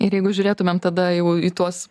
ir jeigu žiūrėtumėm tada jau į tuos